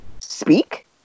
speak